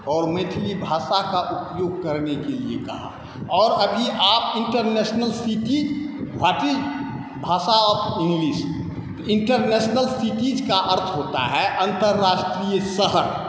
और मैथिली भाषा का उपयोग करने के लिए कहा और अभी आप इन्टरनेशनल सिटी व्हाट इज भाषा इङ्गलिश इन्टरनेशनल सिटीज का अर्थ होता है अन्तर्राष्ट्रीय शहर